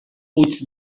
utz